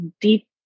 deep